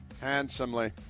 Handsomely